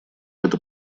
это